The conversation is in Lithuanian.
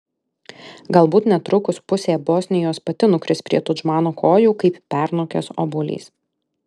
galbūt netrukus pusė bosnijos pati nukris prie tudžmano kojų kaip pernokęs obuolys